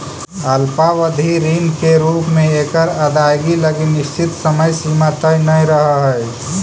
अल्पावधि ऋण के रूप में एकर अदायगी लगी निश्चित समय सीमा तय न रहऽ हइ